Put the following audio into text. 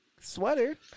Sweater